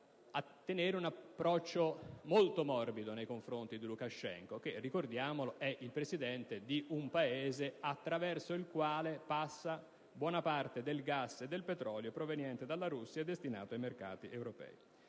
a tenere un approccio molto morbido nei confronti di Lukashenko, il quale, ricordiamolo, è il presidente di un Paese attraverso il quale passa buona parte del gas e del petrolio proveniente dalla Russia e destinato ai mercati europei.